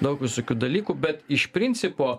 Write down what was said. daug visokių dalykų bet iš principo